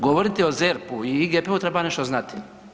Govoriti o ZERP-u i IGP-u treba nešto znati.